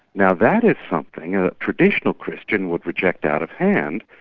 now that is something a traditional christian would reject out of hand.